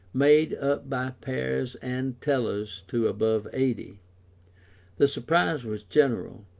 made up by pairs and tellers to above eighty the surprise was general,